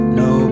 no